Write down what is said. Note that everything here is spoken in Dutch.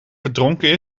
verdronken